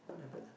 what happened ah